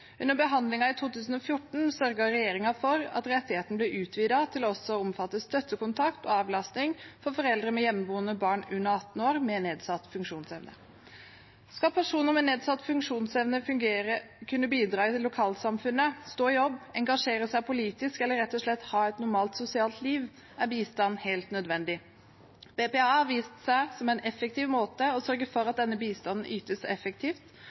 Under behandlingen i 2014 sørget regjeringen for at rettigheten ble utvidet til også å omfatte støttekontakt og avlasting for foreldre med hjemmeboende barn under 18 år med nedsatt funksjonsevne. Skal personer med nedsatt funksjonsevne fungere og kunne bidra i lokalsamfunnet, stå i jobb, engasjere seg politisk eller rett og slett ha et normalt sosialt liv, er bistand helt nødvendig. BPA har vist seg som en effektiv måte for å sørge for at denne bistanden ytes,